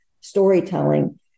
storytelling